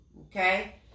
okay